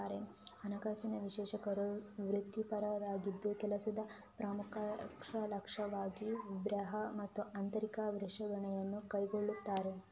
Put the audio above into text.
ಹಣಕಾಸಿನ ವಿಶ್ಲೇಷಕರು ವೃತ್ತಿಪರರಾಗಿದ್ದು ಕೆಲಸದ ಪ್ರಮುಖ ಲಕ್ಷಣವಾಗಿ ಬಾಹ್ಯ ಅಥವಾ ಆಂತರಿಕ ವಿಶ್ಲೇಷಣೆಯನ್ನು ಕೈಗೊಳ್ಳುತ್ತಾರೆ